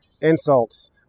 insults